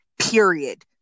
period